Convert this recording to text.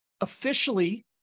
officially